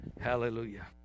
Hallelujah